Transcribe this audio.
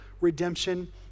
redemption